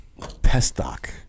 Pestock